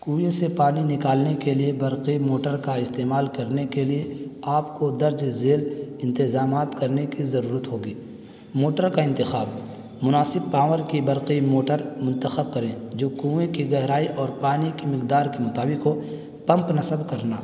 کنویں سے پانی نکالنے کے لیے برقی موٹر کا استعمال کرنے کے لیے آپ کو درج ذیل انتظامات کرنے کی ضرورت ہوگی موٹر کا انتخاب مناسب پاور کی برقی موٹر منتخب کریں جو کنویں کی گہرائی اور پانی کی مقدار کے مطابق ہو پمپ نصب کرنا